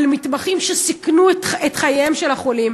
על מתמחים שסיכנו את חייהם של חולים,